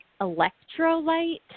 electrolyte